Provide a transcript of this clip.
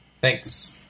Thanks